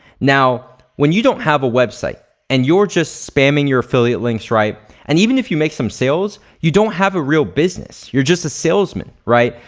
now, when you don't have a website and you're just spamming your affiliate links, right? and even if you make some sales, you don't have a real business. you're just a salesman, right?